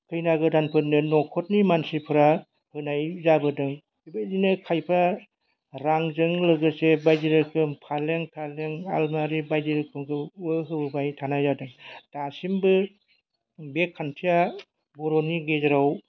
खैना गोदानफोरनो न'खरनि मानसिफोरा होनाय जाबोदों बेबायदिनो खायफा रांजों लोगोसे बायदि रोखोम फालें थालें आलमारि बायदि रोखोमखौबो होबोबाय थानाय जादों दासिमबो बे खान्थिया बर'नि गेजेराव